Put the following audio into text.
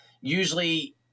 Usually